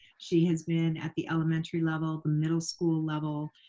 she has been at the elementary level, the middle school level.